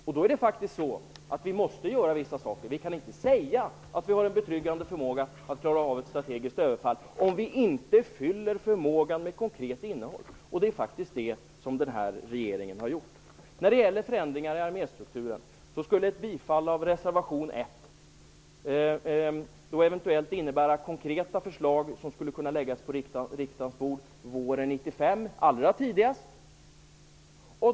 Då måste vi faktiskt göra vissa saker. Vi kan inte säga att vi har en betryggande förmåga att klara av ett strategiskt överfall om vi inte fyller förmågan med konkret innehåll. Det är faktiskt det som den här regeringen har gjort. När det gäller förändringar i arméstrukturen skulle ett bifall till reservation 1 eventuellt innebära konkreta förslag som skulle kunna läggas på riksdagens bord våren 1995, allra tidigast.